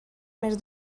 més